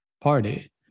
party